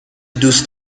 دوست